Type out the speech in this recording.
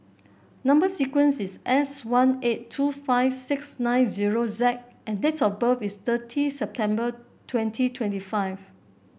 number sequence is S one eight two five six nine zero Z and date of birth is thirty September twenty twenty five